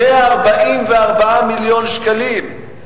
144 מיליון שקלים.